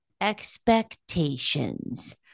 expectations